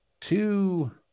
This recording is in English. two